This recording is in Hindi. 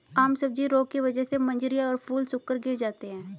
आम सब्जी रोग की वजह से मंजरियां और फूल सूखकर गिर जाते हैं